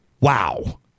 wow